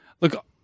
Look